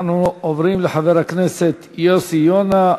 אנחנו עוברים לחבר הכנסת יוסי יונה,